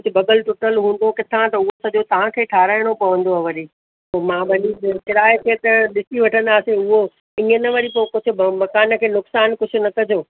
कुझु भॻल टुटल हूंदो किथां त उहो सॼो तव्हांखे ठाहिरायणो पवंदव वरी पोइ मां भली किराए खे त ॾिसी वठंदासीं उहो ईअं न वरी पोइ कुझु भ मकान खे नुक़सानु कुझु न कजो